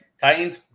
titans